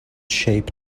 shape